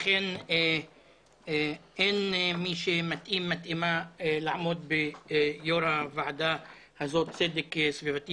אכן אין מי שמתאימה לעמוד בראש הוועדה לצדק סביבתי